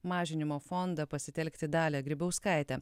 mažinimo fondą pasitelkti dalią grybauskaitę